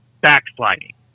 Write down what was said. backsliding